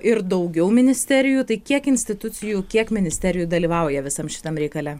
ir daugiau ministerijų tai kiek institucijų kiek ministerijų dalyvauja visam šitam reikale